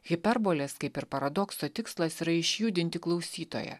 hiperbolės kaip ir paradokso tikslas yra išjudinti klausytoją